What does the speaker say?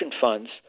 funds